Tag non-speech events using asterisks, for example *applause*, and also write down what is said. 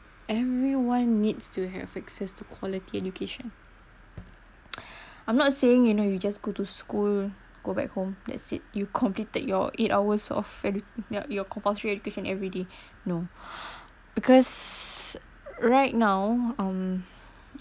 everyone needs to have access to quality education *noise* I'm not saying you know you just go to school go back home that's it you've completed your eight hours of edu~ your your compulsory education everyday no *breath* because right now um